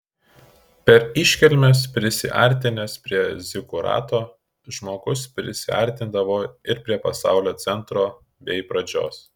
per iškilmes prisiartinęs prie zikurato žmogus prisiartindavo ir prie pasaulio centro bei pradžios